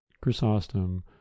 Chrysostom